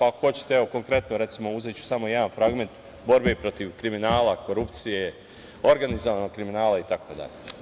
Ako hoćete, konkretno uzeću samo jedan fragment borbe protiv kriminala, korupcije, organizovanog kriminala, itd.